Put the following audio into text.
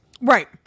Right